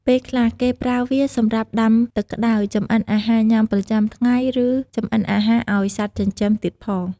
ពេលខ្លះ គេប្រើវាសម្រាប់ដាំទឹកក្តៅ ចម្អិនអាហារញ៊ាំប្រចាំថ្ងៃ ឬចម្អិនអាហារឲ្យសត្វចិញ្ចឹមទៀតផង។